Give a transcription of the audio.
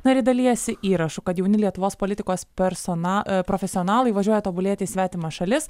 na ir ji dalijasi įrašu kad jauni lietuvos politikos persona profesionalai važiuoja tobulėti į svetimas šalis